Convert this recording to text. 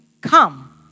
Come